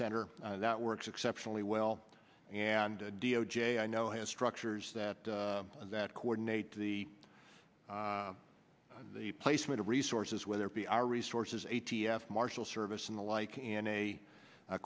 center that works exceptionally well and d o j i know has structures that that coordinate the the placement of resources whether it be our resources a t f marshal service and the like in a